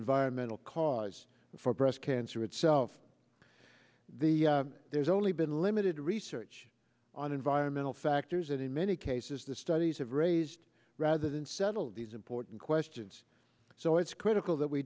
environmental cause for breast cancer itself the there's only been limited research on environmental factors and in many cases the studies have raised rather than settle these important questions so it's critical that we